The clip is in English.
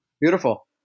Beautiful